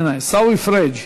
איננה, עיסאווי פריג'